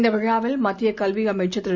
இந்த விழாவில் மத்திய கல்வி அமைச்சர் திரு